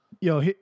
Yo